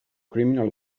criminal